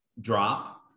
drop